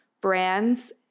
brands